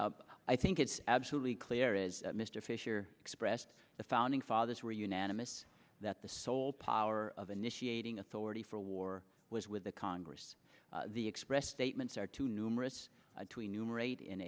i think it's absolutely clear as mr fisher expressed the founding fathers were unanimous that the sole power of initiating authority for war was with the congress the express statements are too numerous